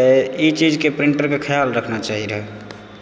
तऽ ई चीजकेँ प्रिण्टर कऽ खयाल रखना चाही रहऽ